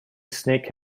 snake